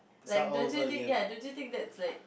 like don't you think ya don't you think that's like